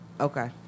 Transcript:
Okay